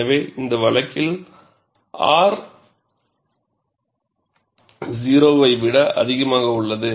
எனவே இந்த வழக்கில் R 0 ஐ விட அதிகமாக உள்ளது